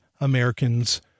Americans